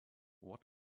what